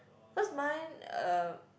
cause mine uh